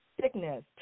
sickness